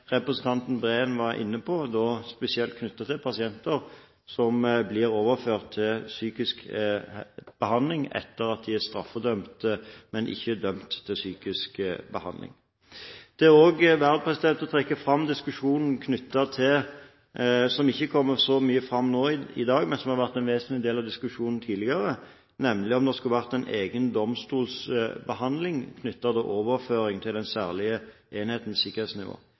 representanten Breen var inne på, spesielt pasienter som blir overført til psykisk behandling etter at de er straffedømt, og som ikke er dømt til psykisk behandling. Det er også verdt å trekke fram noe som ikke kommer så mye fram i dag, men som har vært en vesentlig del av diskusjonen tidligere, nemlig om det skulle ha vært en egen domstolsbehandling knyttet til overføring til den særlige enhetens sikkerhetsnivå.